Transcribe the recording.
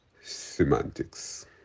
semantics